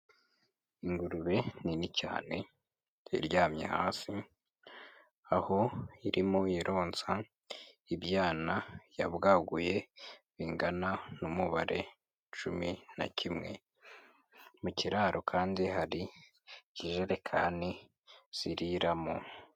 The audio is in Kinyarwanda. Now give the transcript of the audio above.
Ingurube nini cyane iryamye hasi, aho irimo ironsa ibyana yabwaguye bingana n’umubare cumi na kimwe, mu kiraro kandi hari ikijerekani ziriramo.